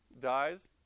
dies